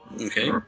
Okay